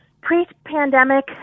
pre-pandemic